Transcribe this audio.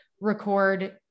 record